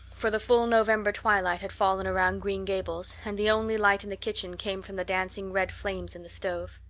for the full november twilight had fallen around green gables, and the only light in the kitchen came from the dancing red flames in the stove.